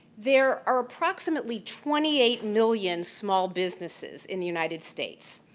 there are approximately twenty eight million small businesses in the united states.